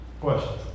questions